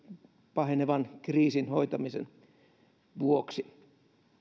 pahenevan kriisin hoitamisen vuoksi